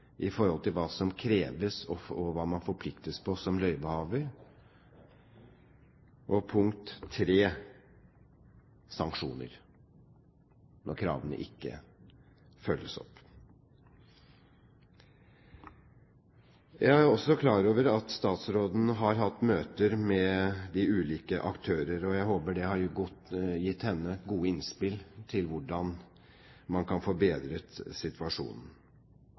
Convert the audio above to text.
hva som kreves, og hva man forpliktes på som løyvehaver, og punkt 3 sanksjoner når kravene ikke følges opp. Jeg er også klar over at statsråden har hatt møter med de ulike aktører, og jeg håper de har gitt henne gode innspill til hvordan man kan få bedret situasjonen.